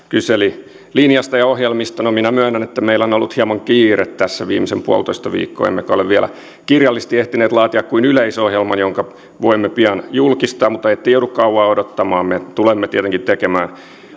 kyseli linjasta ja ohjelmista no minä myönnän että meillä on ollut hieman kiire tässä viimeiset puolitoista viikkoa emmekä ole vielä kirjallisesti ehtineet laatia kuin yleisohjelman jonka voimme pian julkistaa mutta ette joudu kauan odottamaan me tulemme tietenkin tekemään